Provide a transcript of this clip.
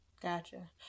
gotcha